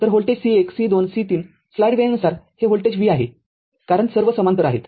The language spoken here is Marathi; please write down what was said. तर व्होल्ट C१ C२ C३ स्लाईड वेळेनुसार हे व्होल्टेज v आहे कारण सर्व समांतर आहेत